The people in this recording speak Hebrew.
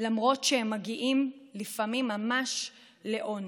למרות שהם מגיעים לפעמים ממש לעוני.